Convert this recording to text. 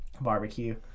barbecue